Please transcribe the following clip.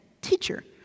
Teacher